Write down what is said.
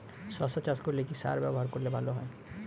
শশা চাষ করলে কি সার ব্যবহার করলে ভালো হয়?